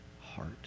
heart